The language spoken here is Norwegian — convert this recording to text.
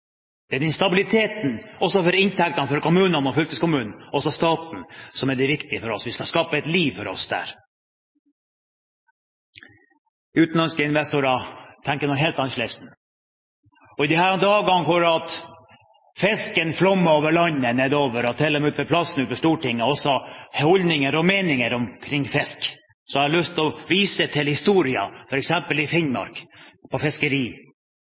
Den stabiliteten – også for inntektene til kommunene, fylkeskommunen og staten – er viktig for at vi kan skape oss et liv der. Utenlandske investorer tenker helt annerledes. Og i disse dagene da fisken flommer nedover landet, og det til og med på plassen utenfor Stortinget er holdninger og meninger om fisk, har jeg lyst til å vise til historien, f.eks. i Finnmark innen fiskeri.